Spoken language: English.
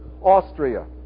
Austria